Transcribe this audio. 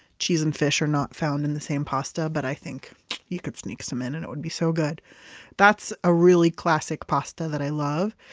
cheese and fish are not found in the same pasta. but i think you could sneak some in and it would be so good that's a really classic pasta that i love.